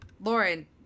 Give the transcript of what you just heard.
Lauren